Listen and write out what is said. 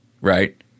right